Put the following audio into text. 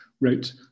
wrote